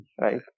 Right